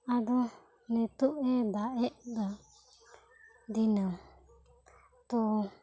ᱟᱫᱚ ᱱᱤᱛ ᱮ ᱫᱟᱜ ᱮᱫ ᱫᱚ ᱫᱤᱱᱟᱹᱢ